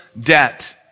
debt